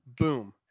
Boom